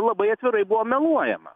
labai atvirai buvo meluojama